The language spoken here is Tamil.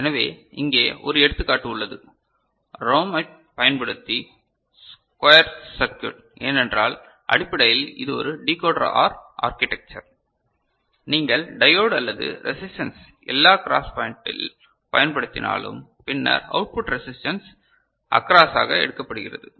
எனவே இங்கே ஒரு எடுத்துக்காட்டு உள்ளது ROM ஐப் பயன்படுத்தி ஸ்கொயர் சர்க்யுட் ஏனென்றால் அடிப்படையில் இது ஒரு டிகோடர் OR ஆர்கிடெட்க்சர் நீங்கள் டையோடு அல்லது ரெசிஸ்டன்ட்ஸ் எல்லா க்ராஸ் பாயிண்டில் பயன்படுத்தினாலும் பின்னர் அவுட்புட் ரெசிஸ்டன்ஸ் அக்ராசாக எடுக்கப்படுகிறது